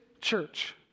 church